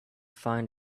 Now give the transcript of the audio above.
find